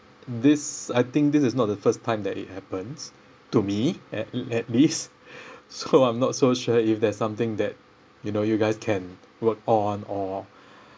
this I think this is not the first time that it happens to me at at least so I'm not so sure if there's something that you know you guys can work on or